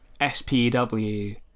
SPW